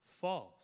false